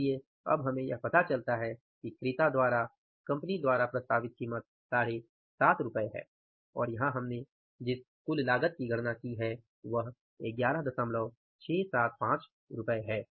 इसलिए अब हमें यह पता चलता है कि क्रेता द्वारा कंपनी द्वारा प्रस्तावित कीमत 7500 है और यहाँ हमने जिस कुल लागत की गणना की है वह 11675 प्रतिशत है